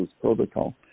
protocol